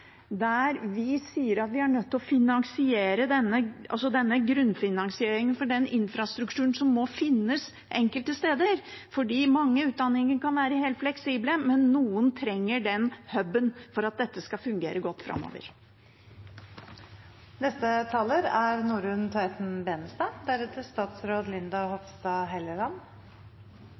der vi sier at vi er nødt til å sikre en grunnfinansiering av infrastrukturen som må finnes enkelte steder. Mange utdanninger kan være helt fleksible, men noen trenger den huben for at dette skal fungere godt framover. Representanten Norunn Tveiten